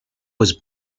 was